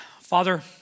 Father